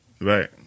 Right